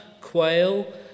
quail